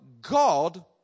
God